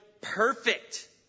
perfect